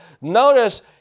Notice